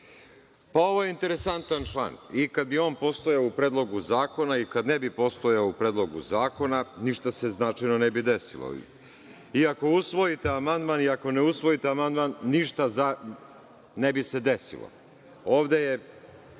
Ovo je interesantan član i kad bi on postojao u Predlogu zakona i kada ne bi postojao u Predlogu zakona, ništa se značajno ne bi desilo. I ako usvojite amandman, i ako ne usvojite amandman, ništa se ne bi desilo. Ovde je